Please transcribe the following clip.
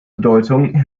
bedeutung